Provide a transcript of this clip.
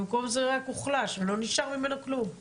ובמקום זה הוא רק הוחלש ולא נשאר ממנו כלום.